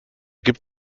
gibt